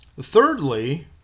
Thirdly